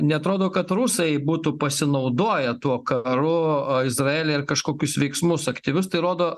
neatrodo kad rusai būtų pasinaudoję tuo karu o izraely ir kažkokius veiksmus aktyvistai rodo